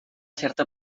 certa